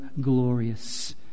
glorious